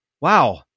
wow